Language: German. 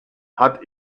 hat